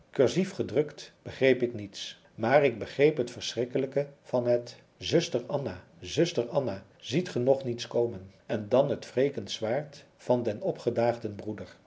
cursief gedrukt begreep ik niets maar ik begreep het verschrikkelijke van het zuster anna zuster anna ziet ge nog niets komen en dan het wrekend zwaard van den opgedaagden broeder